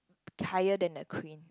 higher than the Queen